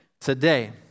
today